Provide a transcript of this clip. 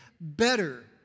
better